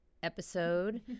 episode